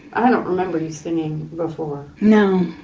i don't remember you singing before. no.